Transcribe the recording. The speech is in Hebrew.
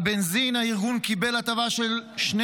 על בנזין הארגון קיבל הטבה של 2